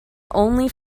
only